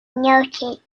noted